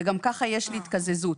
וגם ככה יש לי התקזזות.